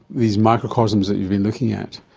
these microcosms that you've been looking at,